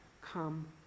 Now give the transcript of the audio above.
come